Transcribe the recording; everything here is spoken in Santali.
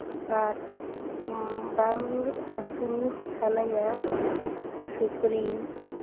ᱟᱨ ᱵᱟᱝ ᱟᱹᱥᱩᱞ ᱥᱟᱱᱟᱧᱟ ᱥᱩᱠᱨᱤ